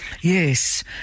Yes